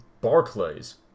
Barclays